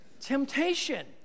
temptation